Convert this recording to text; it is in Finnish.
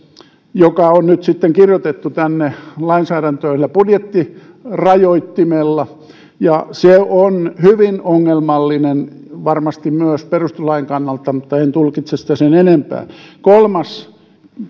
joka on nyt sitten kirjoitettu tänne lainsäädäntöön budjettirajoittimella ja se on hyvin ongelmallinen varmasti myös perustuslain kannalta mutta en tulkitse sitä sen enempää kolmas